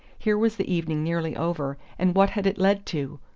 here was the evening nearly over, and what had it led to?